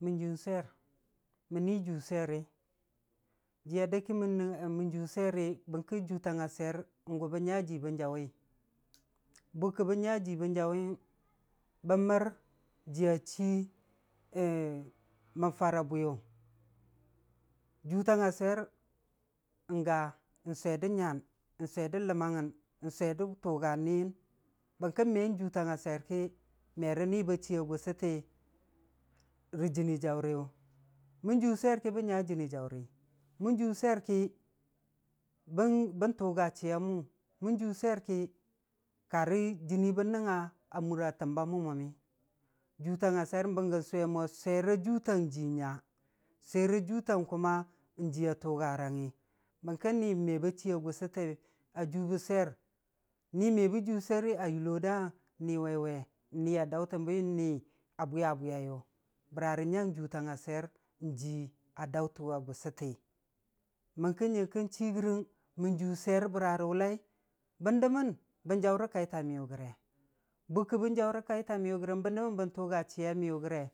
Juun swiyer, mən ni juu swiye ri, jiiya dəg ki mən nə-mən juu, swiyeri, bərkə juutang a swiyer n'gur bənnya jii bən jaʊwi, buk kə bən nya jiiwʊ bən jaʊwiyəng, bən mər jiiya chii jiiya chii mən fara bwiyʊwi, juutanga swiyer n'ga n'swiyer də nyan, n'swiyer də ləmangngəm n'swiyer də tʊga niyən, bəng kə me juutang a swiyer ki, me rə ni ba chiiya gʊsʊti rə jɨnii jaʊriyʊ, mən juu swiyer ki bən nya jɨnii jauri, man juu swiyer ki ban- ban tʊga chiiya mʊ, man juu swiyer ki karə jɨnii bən nəngnga a mura təm ba mʊm mʊmmi, juutang a swiyer bəngga sʊwi mo swiyer a juutang jii nya, swiyer a juutang kuma jiiya tʊgarangngi, bəng kə ni me ba chiiya gʊsʊte a juu bə swiyer, niya meba juu swiyeri a yullo da ni waiwe n'niya daʊtəu bi, n'ni a bwiya bwiya yʊ, bəra rə nyang juutang a swiyer n'jiiyo daʊtən wa gʊsʊti, bərkə nyəngkən chii gərəng mən juu swiyer bəra rə wʊllai, bən dəmən bən jəʊ rə kaita miyʊ gəre bukkə bən jəʊrə kaita miyʊ gərəng bən dəmən bən tʊga gʊ.